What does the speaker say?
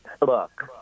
look